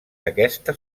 aquesta